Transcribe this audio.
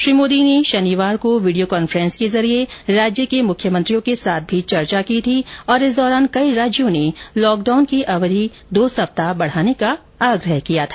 श्री मोदी ने शनिवार को वीडियो कॉन्फ्रेन्स के जरिए राज्य के मुख्यमंत्रियों के साथ भी चर्चा की थी और इस दौरान कई राज्यों ने लॉकडाउन की अवधि दो सप्ताह बढ़ाने का आग्रह किया था